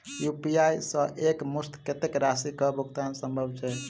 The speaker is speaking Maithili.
यु.पी.आई सऽ एक मुस्त कत्तेक राशि कऽ भुगतान सम्भव छई?